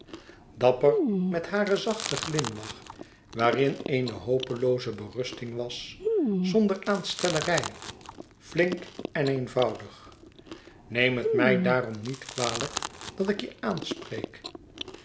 dapper met haren zachten glimlach waarin eene hopelooze berusting was zonder aanstellerij flink en eenvoudig neem het mij daarom niet kwalijk dat ik je aanspreek